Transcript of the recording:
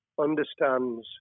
understands